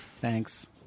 Thanks